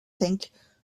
think